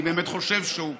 אני באמת חושב שהוא כזה,